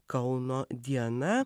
kauno diena